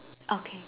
okay